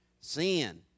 Sin